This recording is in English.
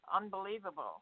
unbelievable